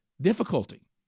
difficulty